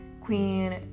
Queen